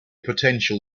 potential